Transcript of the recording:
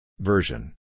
Version